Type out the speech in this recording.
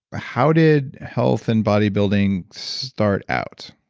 how did health and bodybuilding start out?